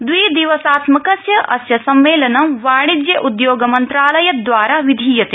द्विदिवसात्मकस्य अस्य सम्मेलनं वाणिज्योद्योग मन्त्रालयद्वारा विधीयते